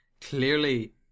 clearly